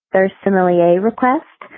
there's simply a request.